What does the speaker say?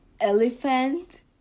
elephant